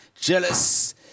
Jealous